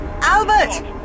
Albert